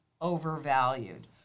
overvalued